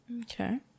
Okay